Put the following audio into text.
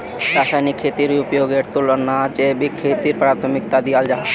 रासायनिक खेतीर उपयोगेर तुलनात जैविक खेतीक प्राथमिकता दियाल जाहा